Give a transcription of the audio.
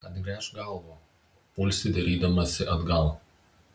atgręžk galvą pulsi dairydamasi atgal